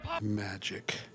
Magic